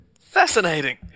Fascinating